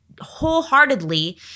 wholeheartedly